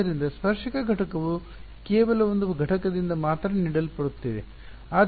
ಆದ್ದರಿಂದ ಸ್ಪರ್ಶಕ ಘಟಕವು ಕೇವಲ ಒಂದು ಘಟಕದಿಂದ ಮಾತ್ರ ನೀಡಲ್ಪಡುತ್ತಿದೆ